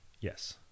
Yes